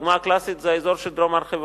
הדוגמה הקלאסית זה האזור של דרום הר-חברון.